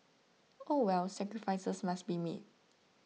oh well sacrifices must be made